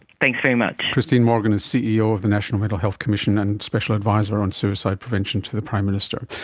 thanks very much. christine morgan is ceo of the national mental health commission and special adviser on suicide prevention to the prime minister.